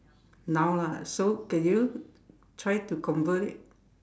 noun lah so can you try to convert it